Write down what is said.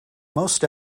most